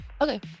Okay